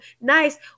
Nice